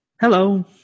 Hello